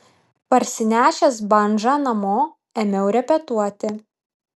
parsinešęs bandžą namo ėmiau repetuoti